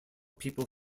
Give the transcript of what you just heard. people